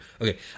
Okay